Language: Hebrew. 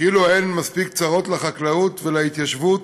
כאילו אין מספיק צרות לחקלאות ולהתיישבות,